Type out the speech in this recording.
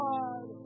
God